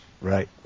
right